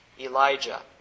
Elijah